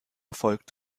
erfolgt